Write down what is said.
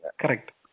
Correct